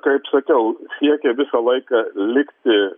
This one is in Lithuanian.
kaip sakiau siekė visą laiką likti